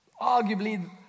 arguably